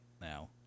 now